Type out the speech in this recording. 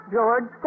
George